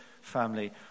family